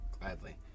Gladly